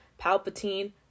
Palpatine